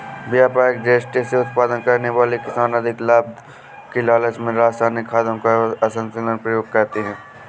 व्यापारिक दृष्टि से उत्पादन करने वाले किसान अधिक लाभ के लालच में रसायनिक खादों का असन्तुलित प्रयोग करते हैं